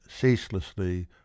ceaselessly